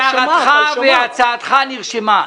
הצעתך נרשמה.